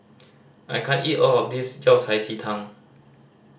I can't eat all of this Yao Cai ji tang